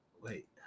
Wait